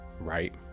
right